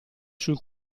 sul